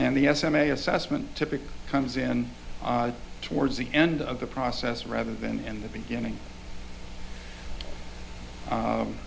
and the s m a assessment typically comes in towards the end of the process rather than in the beginning